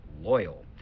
loyal